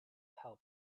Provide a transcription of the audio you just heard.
help